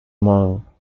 among